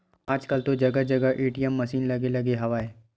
आजकल तो जगा जगा ए.टी.एम मसीन लगे लगे हवय